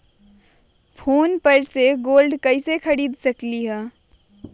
Phone पे से gold कईसे खरीद सकीले?